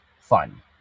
fun